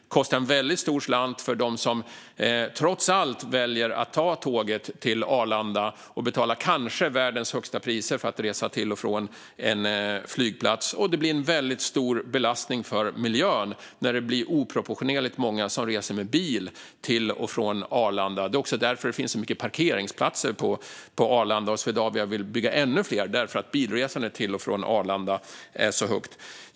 Det kostar en väldigt stor slant för dem som trots allt väljer att ta tåget till Arlanda och betalar världens kanske högsta priser för att resa till och från en flygplats. Och det blir en väldigt stor belastning på miljön när oproportionerligt många reser med bil till och från Arlanda. Det är också för att bilresandet till och från Arlanda är så omfattande som det finns så många parkeringsplatser på Arlanda, och Swedavia vill bygga ännu fler.